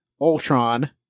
Ultron